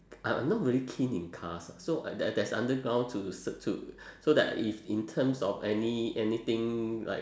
I'm not really keen in cars ah so there there is underground to so to so that if in terms of any anything like